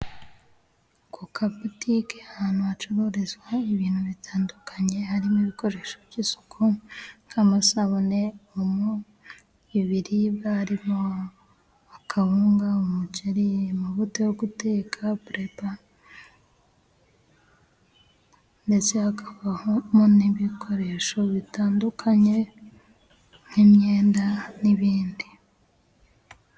Ku ka butike ahantu hacururizwa ibintu bitandukanye, harimo ibikoresho by'isuku, nk'amasabune, Omo ,ibiribwa harimo: akawunga ,umuceri ,mavuta yo guteka bureba ndetse hakabamo n'ibikoresho bitandukanye nk'imyenda n'ibindi.